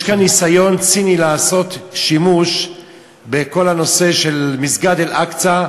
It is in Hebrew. יש כאן ניסיון ציני לעשות שימוש בכל הנושא של מסגד אל-אקצא.